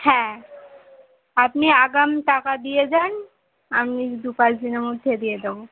হ্যাঁ আপনি আগাম টাকা দিয়ে যান আমি দু পাঁচ দিনের মধ্যে দিয়ে দেবো